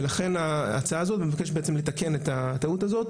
ולכן ההצעה הזאת מבקשת לתקן את הטעות הזאת,